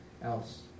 else